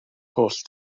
holl